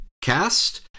cast